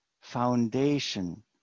foundation